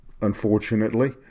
unfortunately